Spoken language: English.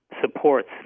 supports